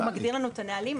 הוא מגדיר לנו את הנהלים.